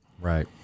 right